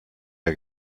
der